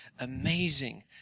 amazing